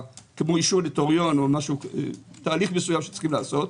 כמו אישור נוטריון תהליך שצריך לעשות,